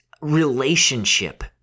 relationship